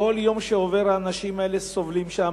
כל יום שעובר האנשים האלה סובלים שם.